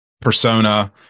persona